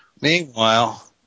Meanwhile